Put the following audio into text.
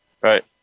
Right